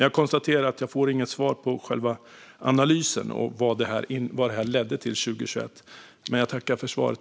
Jag konstaterar att jag inte får något svar om själva analysen och vad som blev följden 2021, men jag tackar ändå för svaret.